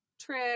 trick